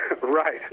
Right